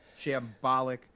shambolic